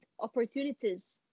opportunities